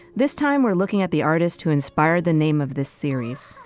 this time we're looking at the artist who inspired the name of this series.